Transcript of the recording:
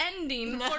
ending